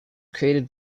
created